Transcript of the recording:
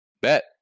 Bet